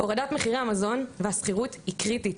הורדת מחירי המזון והשכירות היא קריטית,